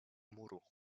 muru